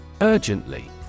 Urgently